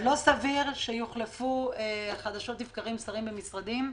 לא סביר שיוחלפו חדשות לבקרים שרים במשרדים.